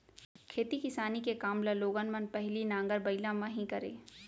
खेती किसानी के काम ल लोगन मन पहिली नांगर बइला म ही करय